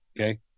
Okay